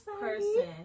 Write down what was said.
person